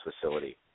facility